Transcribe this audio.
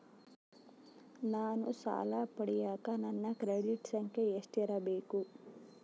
ನಾನು ಸಾಲ ಪಡಿಯಕ ನನ್ನ ಕ್ರೆಡಿಟ್ ಸಂಖ್ಯೆ ಎಷ್ಟಿರಬೇಕು?